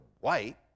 white